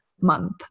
month